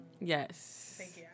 Yes